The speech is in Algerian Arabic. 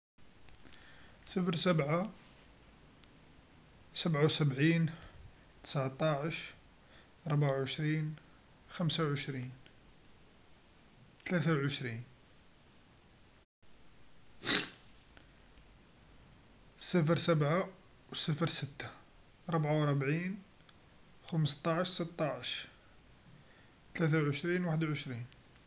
صفر سبعا، سبعا و سبعين، تسعاتاعش، ربعا و عشرين، خمسا و عشرين، تلاثا و عشرين صفر سبعا و صفر ستا، ربعا و ربعين، خمستاعش، ستاعش، ثلاثا و عشرين، وحد و عشرين.